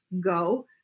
Go